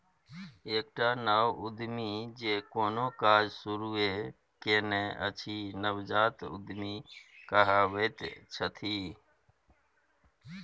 एकटा नव उद्यमी जे कोनो काज शुरूए केने अछि नवजात उद्यमी कहाबैत छथि